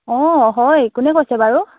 অঁ হয় কোনে কৈছে বাৰু